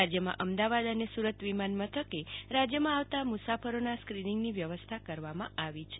રાજ્યમાં અમદાવાદ અને સુરત વિમાન્મથકે રાજ્યમાં આવતા મુસાફરોના સ્ક્રીનીંગની વ્યવસ્થા કરવામાં આવી છે